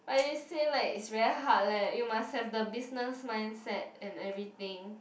but you say like it's very hard leh you must have the business mindset and everything